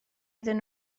iddyn